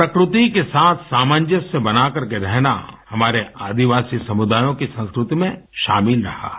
प्रकृति के साथ सामंजस्य बनाकर के रहना हमारे आदिवासी समुदायों की संस्कृति में शामिल रहा है